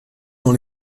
dans